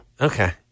Okay